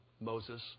Moses